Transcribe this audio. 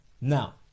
Now